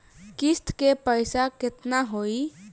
किस्त के पईसा केतना होई?